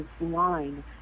line